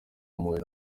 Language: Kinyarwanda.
mpuhwe